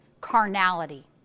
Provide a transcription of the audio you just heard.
carnality